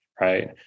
Right